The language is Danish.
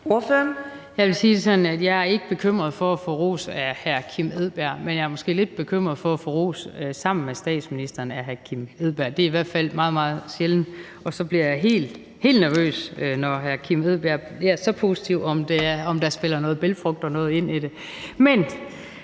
jeg ikke er bekymret for at få ros af hr. Kim Edberg Andersen, men at jeg måske er lidt bekymret for at få ros sammen med statsministeren. Det er i hvert fald meget, meget sjældent, og så bliver jeg helt nervøs, når hr. Kim Edberg Andersen er så positiv, altså for, om der spiller noget med bælgfrugter eller noget ind i det. Men